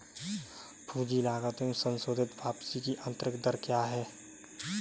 पूंजी लागत में संशोधित वापसी की आंतरिक दर क्या है?